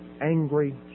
angry